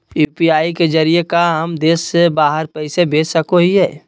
UPI के जरिए का हम देश से बाहर पैसा भेज सको हियय?